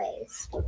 ways